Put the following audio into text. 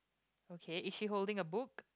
okay is she holding a book